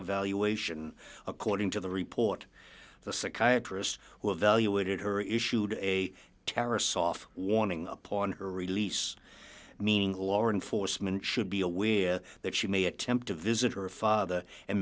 evaluation according to the report the psychiatrist who evaluated her issued a terror soft warning upon her release meaning law enforcement should be aware that she may attempt to visit her father and